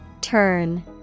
Turn